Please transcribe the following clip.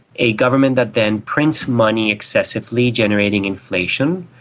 a government that then prints money excessively generating inflation,